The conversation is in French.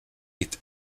est